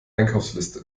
einkaufsliste